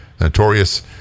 notorious